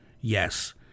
Yes